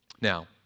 Now